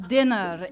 Dinner